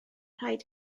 rhaid